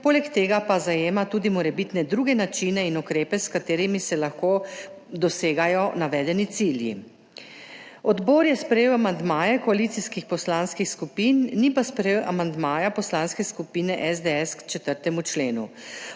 poleg tega pa zajema tudi morebitne druge načine in ukrepe, s katerimi se lahko dosegajo navedeni cilji. Odbor je sprejel amandmaje koalicijskih poslanskih skupin, ni pa sprejel amandmaja Poslanske skupine SDS k 4. členu.